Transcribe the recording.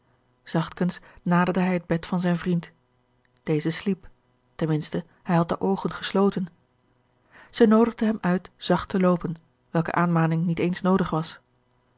zachtkens naderde hij het bed van zijn vriend deze sliep ten minste hij had de oogen gesloten zij noodigde hem uit zacht te loopen welke aanmaning niet eens noodig was